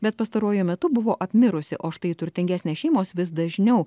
bet pastaruoju metu buvo apmirusi o štai turtingesnės šeimos vis dažniau